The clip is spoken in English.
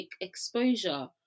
exposure